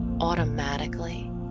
automatically